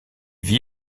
vit